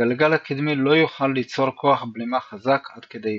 הגלגל הקדמי לא יוכל ליצור כוח בלימה חזק עד כדי היפוך,